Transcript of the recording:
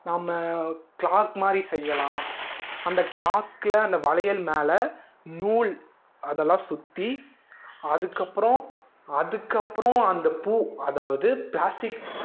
நம்ம கிளாக் மாதிரி செய்யலாம் அந்த க்ளாக்கில் அந்த வளையல் மேலே நூல் அதெல்லாம் சுற்றி அதுக்கப்புறம் அதுக்கப்புறம் அந்த பூ அதாவது ப்ளாஸ்டிக்